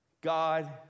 God